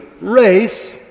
race